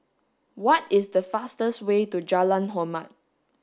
what is the fastest way to Jalan Hormat